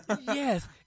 yes